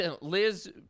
Liz